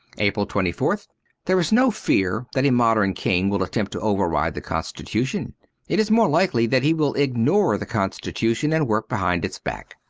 april twenty fourth there is no fear that a modern king will attempt to override the constitution it is more likely that he will ignore the constitution and work behind its back.